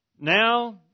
Now